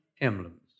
emblems